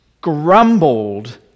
grumbled